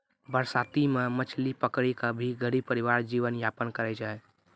बरसाती मॅ मछली पकड़ी कॅ भी गरीब परिवार जीवन यापन करै छै